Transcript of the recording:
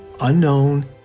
unknown